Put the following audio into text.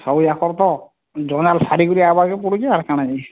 ଆଉ ୟାଙ୍କର ତ ଜଣ ଛାଡ଼ି କି ଆବାକେ ପଡ଼ୁଛି ଆଉ କ'ଣ କି